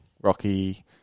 rocky